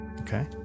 okay